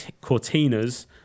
cortinas